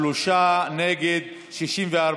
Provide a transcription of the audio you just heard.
בעד, שלושה, נגד, 64,